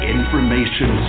Information